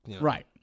right